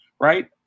right